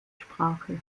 sprache